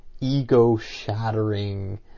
ego-shattering